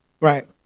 Right